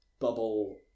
Bubble